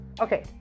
Okay